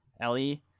ellie